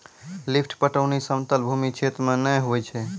lift पटौनी समतल भूमी क्षेत्र मे नै होय छै